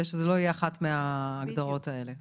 ושהיא לא תהיה אחת מההגדרות האלה.